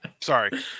sorry